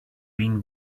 been